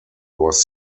was